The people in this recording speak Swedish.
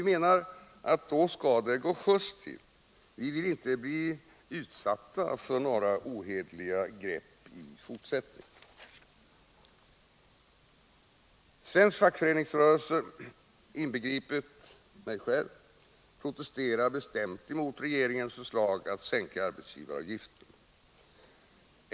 Men då skall det gå just till, vi vill inte bli utsatta för några ohederliga grepp i fortsättningen. Svensk fackföreningsrörelse, inbegripet mig själv, protesterar bestämt mot regeringens förslag att sänka arbetsgivaravgiften.